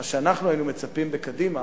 מה שאנחנו היינו מצפים בקדימה,